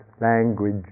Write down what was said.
language